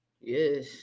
Yes